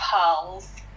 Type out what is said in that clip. pearls